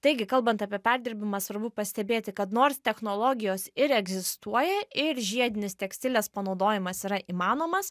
taigi kalbant apie perdirbimą svarbu pastebėti kad nors technologijos ir egzistuoja ir žiedinis tekstilės panaudojimas yra įmanomas